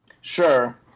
sure